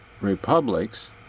Republics